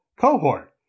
cohort